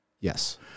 yes